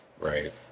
Right